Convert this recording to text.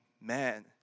man